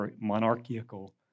monarchical